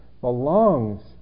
belongs